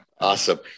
Awesome